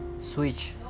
Switch